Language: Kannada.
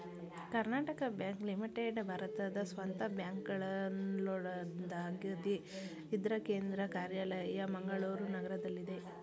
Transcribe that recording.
ಕರ್ನಾಟಕ ಬ್ಯಾಂಕ್ ಲಿಮಿಟೆಡ್ ಭಾರತದ ಸ್ವಂತ ಬ್ಯಾಂಕ್ಗಳಲ್ಲೊಂದಾಗಿದೆ ಇದ್ರ ಕೇಂದ್ರ ಕಾರ್ಯಾಲಯ ಮಂಗಳೂರು ನಗರದಲ್ಲಿದೆ